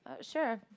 Sure